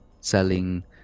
Selling